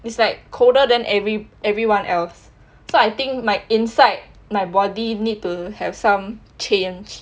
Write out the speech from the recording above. it's like colder than every~ everyone else so I think my inside my body need to have some change